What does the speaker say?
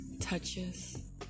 touches